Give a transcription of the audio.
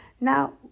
Now